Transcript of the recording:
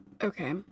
Okay